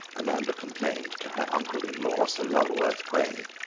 amanda complained to her uncle-in-law, sir lulworth quayne.